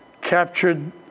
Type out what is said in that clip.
captured